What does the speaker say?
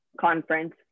conference